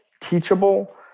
teachable